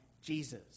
Jesus